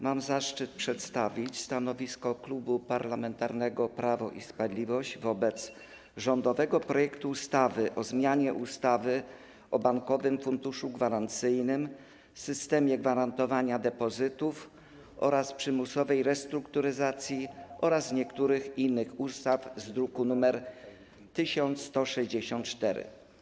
Mam zaszczyt przedstawić stanowisko Klubu Parlamentarnego Prawo i Sprawiedliwość wobec rządowego projektu ustawy o zmianie ustawy o Bankowym Funduszu Gwarancyjnym, systemie gwarantowania depozytów oraz przymusowej restrukturyzacji oraz niektórych innych ustaw, druk nr 1164.